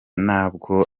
ntabwo